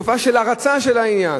תקופה של הרצה של העניין.